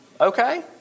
Okay